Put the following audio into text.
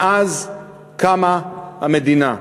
מאז קום המדינה.